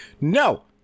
No